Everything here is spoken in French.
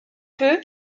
peu